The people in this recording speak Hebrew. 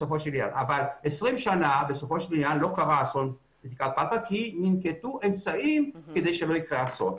אבל 20 שנה לא קרה אסון פלקל כי ננקטו אמצעים שלא יקרה אסון.